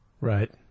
Right